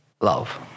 love